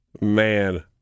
Man